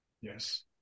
Yes